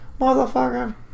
Motherfucker